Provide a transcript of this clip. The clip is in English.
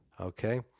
Okay